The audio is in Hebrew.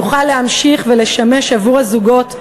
יוכל להמשיך ולשמש עבור הזוגות,